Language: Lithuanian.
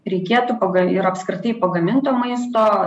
reikėtų paga ir apskritai pagaminto maisto